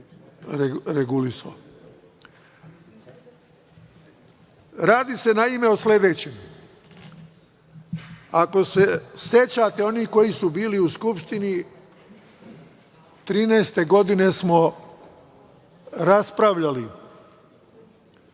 se naime o sledećem. Ako se sećate onih koji su bili u Skupštini, 2013. godine smo raspravljali